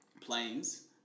planes